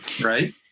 right